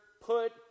put